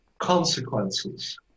consequences